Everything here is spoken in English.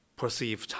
perceive